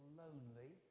lonely